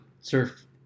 surf